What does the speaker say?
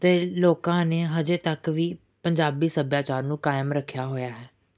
ਅਤੇ ਲੋਕਾਂ ਨੇ ਅਜੇ ਤੱਕ ਵੀ ਪੰਜਾਬੀ ਸੱਭਿਆਚਾਰ ਨੂੰ ਕਾਇਮ ਰੱਖਿਆ ਹੋਇਆ ਹੈ